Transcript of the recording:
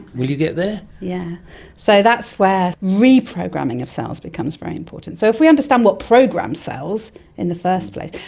will you get there? yeah so that's where reprogramming of cells becomes very important. so if we understand what programs cells in the first place,